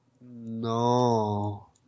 no